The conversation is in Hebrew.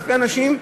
אלפי אנשים,